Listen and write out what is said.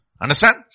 Understand